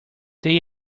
they